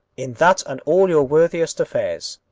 in that and all your worthiest affairs.